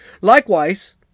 Likewise